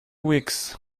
weeks